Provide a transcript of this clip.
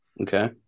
Okay